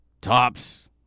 tops